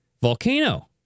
Volcano